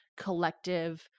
collective